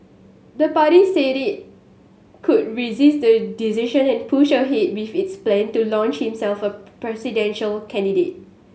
the party said it could resist the decision and push ahead with its plan to launch him as presidential candidate